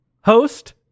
host